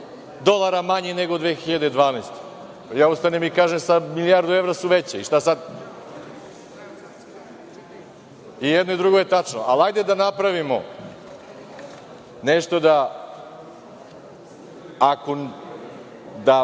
manje nego 2012. godine. Ja ustanem i kažem - sad su milijardu evra veće, i šta sad? I jedno i drugo je tačno, ali hajde da napravimo nešto da bar tu